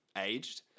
aged